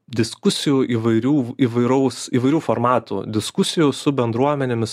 diskusijų įvairių įvairaus įvairių formatų diskusijų su bendruomenėmis